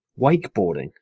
wakeboarding